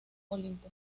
olimpo